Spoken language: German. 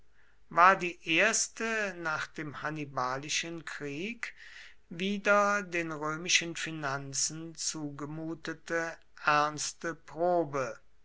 war die erste nach dem hannibalischen krieg wieder den römischen finanzen zugemutete ernste probe